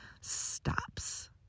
stops